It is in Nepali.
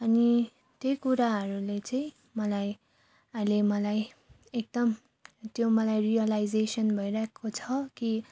अनि त्यही कुराहरूले चाहिँ मलाई अहिले मलाई एकदम त्यो मलाई रियलाइजेसन भइरहेको छ कि